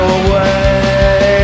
away